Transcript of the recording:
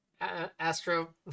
Astro